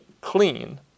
clean